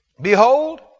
Behold